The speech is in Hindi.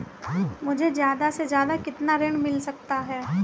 मुझे ज्यादा से ज्यादा कितना ऋण मिल सकता है?